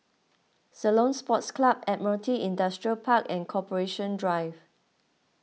Ceylon Sports Club Admiralty Industrial Park and Corporation Drive